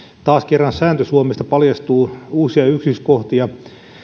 taas kerran sääntö suomesta paljastuu uusia yksityiskohtia